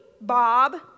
Bob